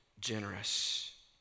generous